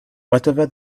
whatever